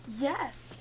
Yes